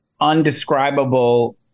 undescribable